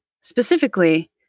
specifically